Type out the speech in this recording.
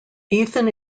ethan